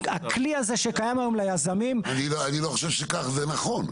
הכלי הזה שקיים היום ליזמים --- אני לא חושב שכך זה נכון.